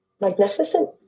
magnificent